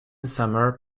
summer